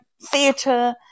theatre